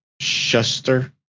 Schuster